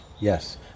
yes